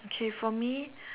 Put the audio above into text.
okay for me